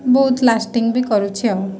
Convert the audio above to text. ବହୁତ ଲାଷ୍ଟିଂ ବି କରୁଛି ଆଉ